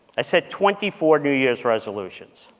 i set twenty four new year's resolutions.